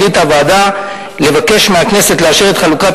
החליטה הוועדה לבקש מהכנסת לאשר את חלוקת